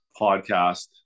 podcast